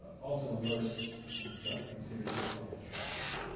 also immersed in stuff considered to be total trash.